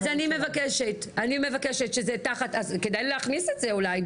אני כדאי להכניס את זה אולי.